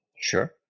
Sure